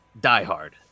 diehard